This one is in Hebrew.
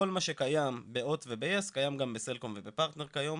כמו שקיים ב-הוט וב-יס הם גם בסלקום ופרטנר כיום.